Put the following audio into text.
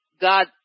god